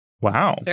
Wow